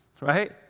Right